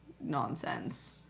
nonsense